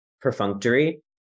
perfunctory